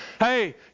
Hey